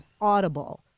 audible